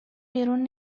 بیرون